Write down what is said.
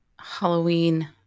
Halloween